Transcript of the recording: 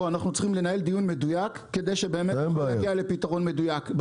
אנחנו צריכים לנהל דיון מדויק כדי שנגיע לפתרון מדויק.